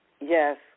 Yes